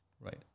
Right